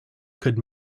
could